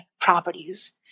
properties